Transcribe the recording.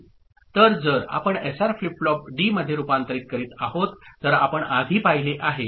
तर जर आपण एसआर फ्लिप फ्लॉप डी मध्ये रूपांतरित करीत आहोत तर आपण आधी पाहिले आहे